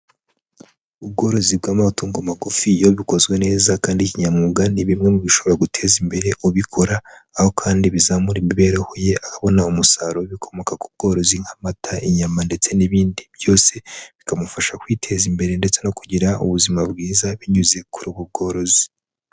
Ubworozi bw'amatungo magufi iyo bukozwe neza kandi kinyamwuga ni bimwe mu bishobora guteza imbere ubikora, aho kandi bizamura imibereho ye abona umusaruro w'ibikomoka ku bworozi nk'amata, inyama ndetse n'ibindi. Byose bikamufasha kwiteza imbere ndetse no kugira ubuzima bwiza binyuze kuri ubu bworozi.